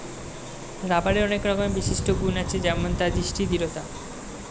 রাবারের অনেক রকমের বিশিষ্ট গুন্ আছে যেমন তার শক্তি, দৃঢ়তা